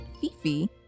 Fifi